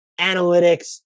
analytics